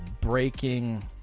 breaking